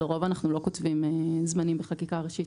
לרוב אנחנו לא כותבים זמנים בחקיקה ראשית.